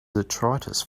detritus